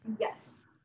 Yes